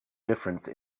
difference